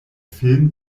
film